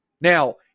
Now